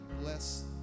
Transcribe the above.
bless